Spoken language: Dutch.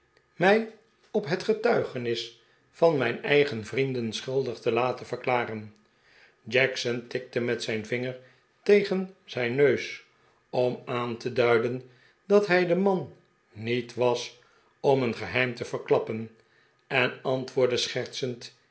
mij op het getuigenis van mijn eigen vrienden schuldig te laten verklaren jackson tikte met zijn vinger tegen zijn neus om aan te duiden dat hij de man niet was om een geheim te verklappen en antwoordde schertsend